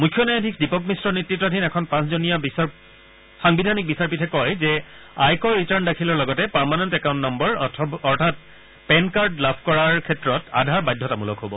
মুখ্য ন্যায়াধীশ দীপক মিশ্ৰ নেতৃতাধীন এখন পাঁচজনীয়া সাংবিধানিক বিচাৰপীঠে কয় যে আয়কৰ বিটাৰ্ণ দাখিলৰ লগতে পাৰমানেণ্ট একাউণ্ট নাম্বাৰ অৰ্থাৎ পেন কাৰ্ড লাভ কৰাৰ ক্ষেত্ৰত আধাৰ বাধ্যতামূলক হ'ব